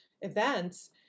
events